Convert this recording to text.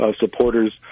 supporters